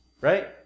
right